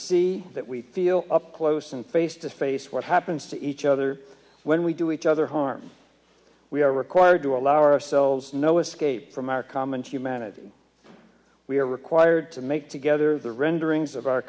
see that we feel up close and face to face what happens to each other when we do each other harm we are required to allow ourselves no escape from our common humanity we are required to make together the renderings of our